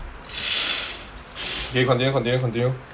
you continue continue continue